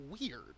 weird